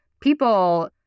people